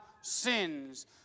sins